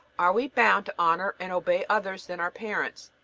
are we bound to honor and obey others than our parents?